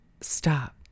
stop